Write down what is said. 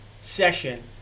session